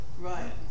Right